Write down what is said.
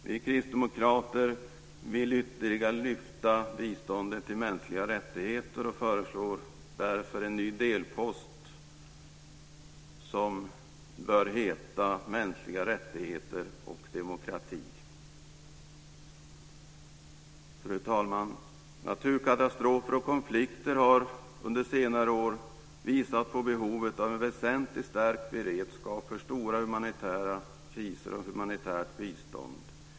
Vi kristdemokrater vill ytterligare lyfta biståndet till mänskliga rättigheter och föreslår därför en ny delpost som bör heta mänskliga rättigheter och demokrati. Fru talman! Naturkatastrofer och konflikter har under senare år visat på behovet av en väsentligt stärkt beredskap för stora humanitära kriser och humanitärt bistånd.